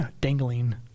dangling